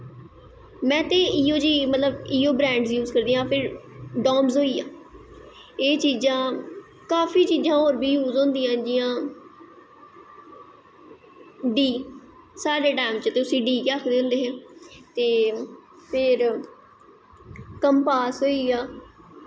में ते इयो हब्रैंड़ यूस करनीं मतलव डॉम्स होईया एह् चीजां काफी चीज़ होर बी यूस होंदियां न जियां डी साढ़े टैम ते डी गी आखद् होंदे हे ते फिर कंबास होईया